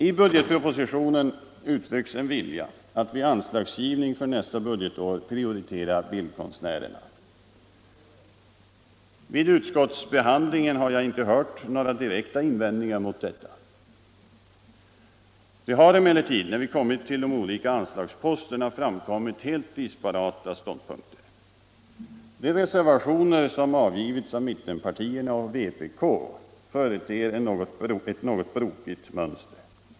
I budgetpropositionen uttrycks en vilja att vid anslagsgivning för nästa budgetår prioritera bildkonstnärerna. Vid utskottsbehandlingen har jag inte hört några direkta invändningar mot detta. Det har emellertid, när vi kommit till de olika anslagsposterna, framkommit helt disparata ståndpunkter. De reservationer som avgivits av mittenpartierna och vänsterpartiet kommunisterna företer ett något brokigt mönster.